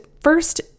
first